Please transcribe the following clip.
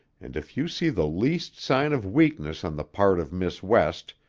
and if you see the least sign of weakness on the part of miss west,